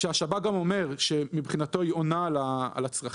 והשב"כ אומר שמבחינתו היא עונה על הצרכים,